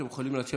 אתם יכולים לשבת,